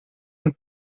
and